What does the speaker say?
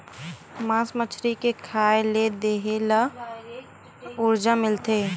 मास मछरी के खाए ले देहे ल उरजा मिलथे